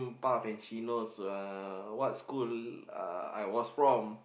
bar and he know uh what school uh I was from